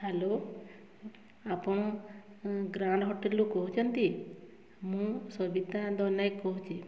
hello ଆପଣ grand ହୋଟେଲ୍ରୁ କହୁଛନ୍ତି ମୁଁ ସବିତା ଦନାଇ କହୁଛି